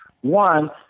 One